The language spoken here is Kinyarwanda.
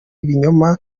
ibinyoma